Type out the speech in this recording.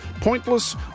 Pointless